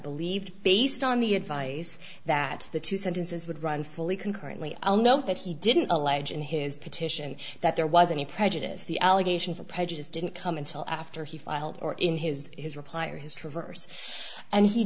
believed based on the advice that the two sentences would run fully concurrently i'll note that he didn't allege in his petition that there was any prejudice the allegations of prejudice didn't come until after he filed or in his his reply or his traverse and he